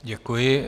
Děkuji.